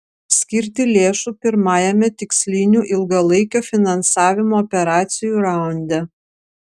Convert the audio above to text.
skirti lėšų pirmajame tikslinių ilgalaikio finansavimo operacijų raunde